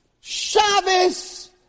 Shabbos